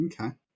okay